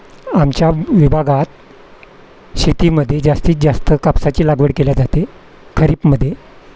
आमच्या विभागात शेतीमध्ये जास्तीत जास्त कापसाची लागवड केली जाते खरीपमध्ये